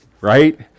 right